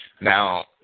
Now